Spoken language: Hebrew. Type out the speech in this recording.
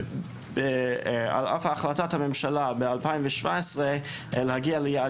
על אף החלטת הממשלה ב-2017 להגיע ליעד